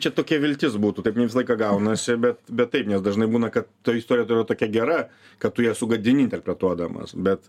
čia tokia viltis būtų taip ne visą laiką gaunasi bet bet taip nes dažnai būna kad ta istrija atrodo tokia gera kad tu ją sugadini interpretuodamas bet